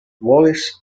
wallace